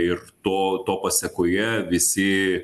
ir to pasekoje visi